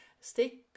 stay